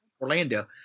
Orlando